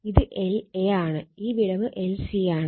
ഇത് lA ആണ് ഈ വിടവ് lC ആണ്